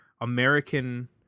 American